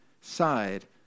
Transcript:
side